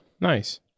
Nice